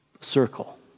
circle